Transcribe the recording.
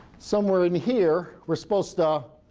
somewhere in here we're supposed to